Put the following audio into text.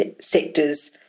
sectors